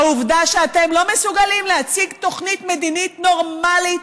העובדה שאתם לא מסוגלים להציג תוכנית מדינית נורמלית